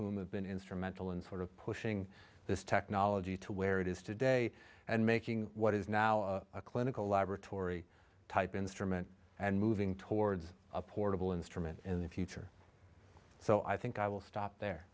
been instrumental in sort of pushing this technology to where it is today and making what is now a clinical laboratory type instrument and moving towards a portable instrument in the future so i think i will stop there